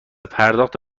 پرداخت